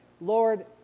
Lord